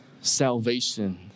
salvation